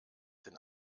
den